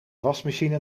wasmachine